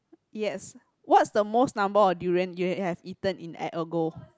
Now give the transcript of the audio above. yes what is the most number of durian you have had eaten in at a go